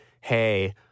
Hey